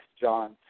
John